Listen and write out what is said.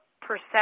perception